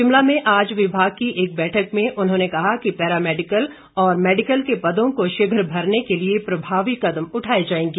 शिमला में आज विभाग की एक बैठक में उन्होंने कहा कि पैरा मेडिकल और मेडिकल के पदों को शीघ्र भरने के लिए प्रभावी कदम उठाए जाएंगे